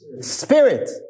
spirit